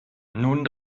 nun